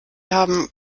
haben